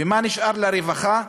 ומה נשאר לרווחה,